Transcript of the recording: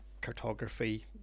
cartography